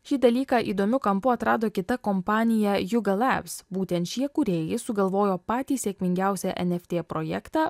šį dalyką įdomiu kampu atrado kita kompanija juga lavs būtent šie kūrėjai sugalvojo patį sėkmingiausią eft projektą